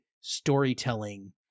storytelling